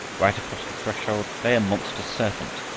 right across the threshold lay a monster serpent,